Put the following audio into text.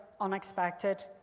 unexpected